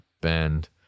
band